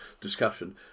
discussion